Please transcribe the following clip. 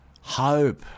hope